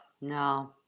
no